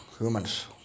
Humans